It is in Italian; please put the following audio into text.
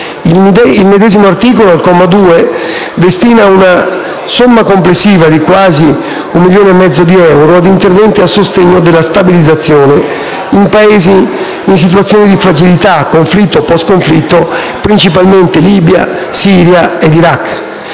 Il medesimo articolo (al comma 2) destina una somma complessiva di quasi 1,5 milioni di euro ad interventi a sostegno della stabilizzazione in Paesi in situazione di fragilità, conflitto o post-conflitto: principalmente Libia, Siria e Iraq.